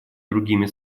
другими